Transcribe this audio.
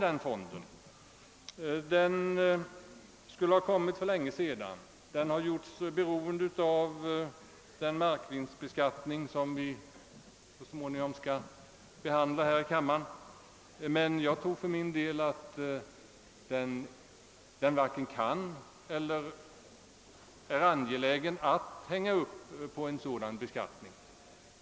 Den skulle ha kommit för länge sedan. Den har gjorts beroende av den markvinstbeskattning som vi så småningom skall behandla här i kammaren, men jag tror för min del att det varken är möjligt eller önskvärt att hänga upp den på en sådan beskattning.